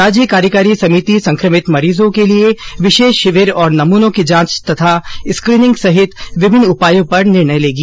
राज्य कार्यकारी समिति संक्रमित मरीजों के लिए विशेष शिविर और नमुनों की जांच तथा स्क्रीनिंग सहित विभिन्न उपायों पर निर्णय लेगी